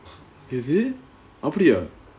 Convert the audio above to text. is it அப்பிடியே:appidiyae ah